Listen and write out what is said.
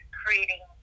creating